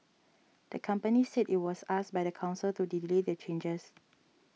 the company said it was asked by the council to delay the changes